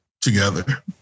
together